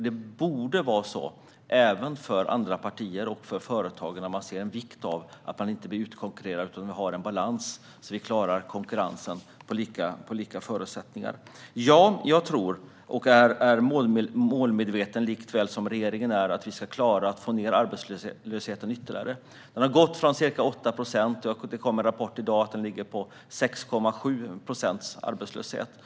Det borde vara så även för andra partier och för företagare att de inser vikten av att inte bli utkonkurrerad, utan att vi har en balans. Då klarar vi konkurrensen med lika förutsättningar. Ja, jag tror, och är lika målmedveten som regeringen, att vi ska klara att få ned arbetslösheten ytterligare. Den har gått från ca 8 procent, och nu ligger den på 6,7 procent, enligt en rapport som kom i dag.